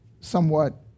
somewhat